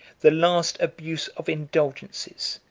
the last abuse of indulgences,